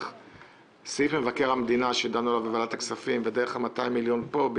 חלקם דרך סעיף מבקר המדינה שדנו בו בוועדת הכספים וה-200 מיליון פה,